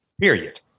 period